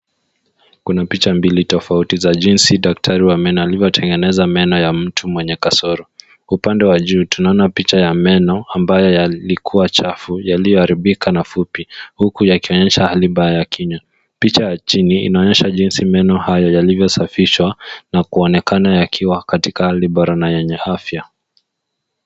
Kuna picha mbili tofauti za jinsi daktari wa meno alivyotengeneza meno ya mtu mwenye kasoro. Upande wa juu tunaona picha ya meno ambayo yalikuwa chafu, yaliyoharibika na fupi, huku yakionyesha hali mbaya ya kinywa. Picha ya chini inaonyesha jinsi meno hayo yalivyosafishwa na kuonekana yakiwa katika hali bora na yenye afya.